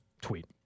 tweet